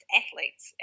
athletes